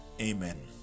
amen